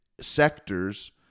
sectors